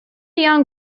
young